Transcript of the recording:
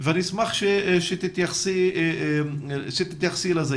ואשמח שתתייחסי לזה.